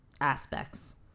aspects